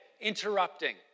interrupting